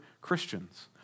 Christians